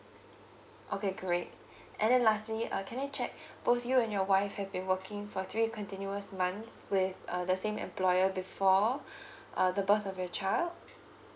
okay great and then lastly uh can I check both you and your wife have been working for three continuous months with uh the same employer before uh the birth of your child